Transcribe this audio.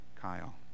Kyle